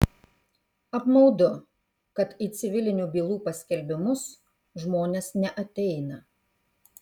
apmaudu kad į civilinių bylų paskelbimus žmonės neateina